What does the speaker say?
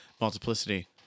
Multiplicity